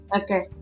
okay